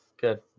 Good